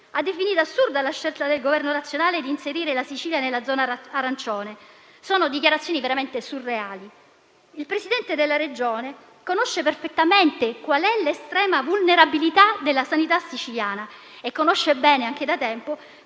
a definire assurda la scelta del Governo nazionale di inserire la Sicilia nella zona arancione. Sono dichiarazioni veramente surreali. Il Presidente della Regione conosce perfettamente l'estrema vulnerabilità della sanità siciliana e conosce bene anche da tempo